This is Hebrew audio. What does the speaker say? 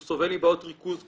הוא סובל מבעיות ריכוז קשות,